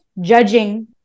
judging